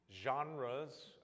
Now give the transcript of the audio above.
genres